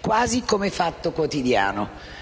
quasi come fatto quotidiano.